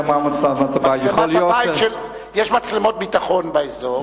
יש מצלמות ביטחון באזור.